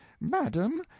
Madam